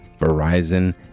Verizon